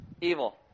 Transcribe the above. evil